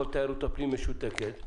כל תיירות הפנים משותקת,